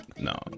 no